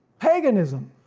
paganism,